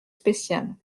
spéciale